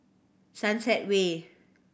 Sunset Way